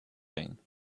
thing